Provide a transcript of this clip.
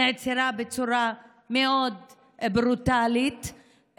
בצורה מאוד ברוטלית,